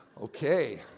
Okay